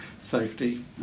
safety